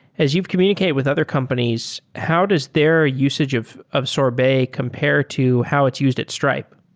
as you've communicated with other companies, how does their usage of of sorbet compare to how it's used at stripe?